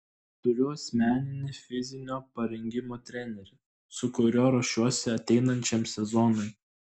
turiu asmeninį fizinio parengimo trenerį su kuriuo ruošiuosi ateinančiam sezonui